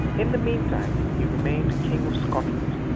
in the meantime he remained king of scotland.